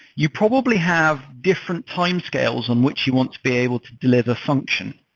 you probably have different timescales on which you want to be able to deliver function.